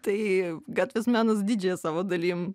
tai gatvės menas didžiąją savo dalim